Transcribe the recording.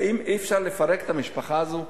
האם אי-אפשר לפרק את המשפחה הזאת?